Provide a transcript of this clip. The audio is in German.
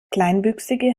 kleinwüchsige